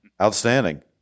Outstanding